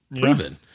proven